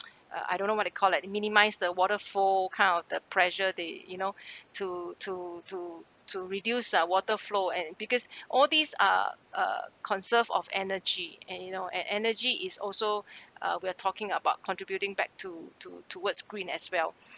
uh I don't know what they call it minimise the waterfall kind of the pressure they you know to to to to reduce ah water flow and because all these are uh conserve of energy and you know and energy is also uh we're talking about contributing back to to towards green as well